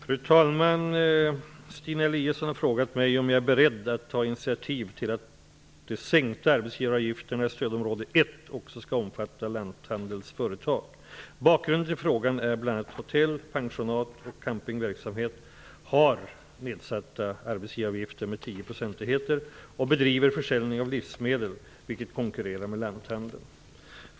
Fru talman! Stina Eliasson har frågat mig om jag är beredd att ta initiativ till att de sänkta arbetsgivaravgifterna i stödområde 1 också skall omfatta lanthandelsföretag. Bakgrunden till frågan är att bl.a. hotell, pensionat och campingverksamhet har nedsatta arbetsgivaravgifter med tio procentenheter och bedriver försäljning av livsmedel, vilket konkurrerar med lanthandeln.